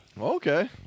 Okay